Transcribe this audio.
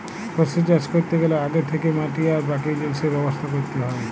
শস্য চাষ ক্যরতে গ্যালে আগে থ্যাকেই মাটি আর বাকি জিলিসের ব্যবস্থা ক্যরতে হ্যয়